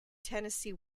tennessee